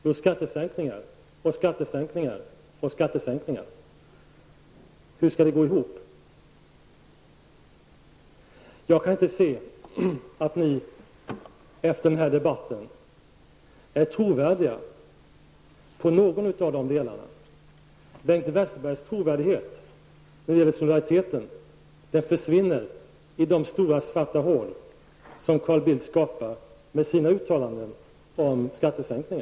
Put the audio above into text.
Jo, skattesänkningar och skattesänkningar och skattesänkningar. Hur skall det gå ihop? Jag kan inte se att ni efter den här debatten är trovärdiga i någon av de delarna. Bengt Westerbergs trovärdighet när det gäller solidaritet försvinner i de stora svarta hål som Carl Bildt skapar med sina uttalanden om skattesänkning.